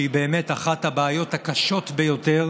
שהיא באמת אחת הבעיות הקשות ביותר